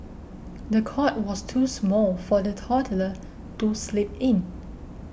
the cot was too small for the toddler to sleep in